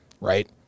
right